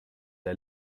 der